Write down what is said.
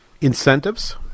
incentives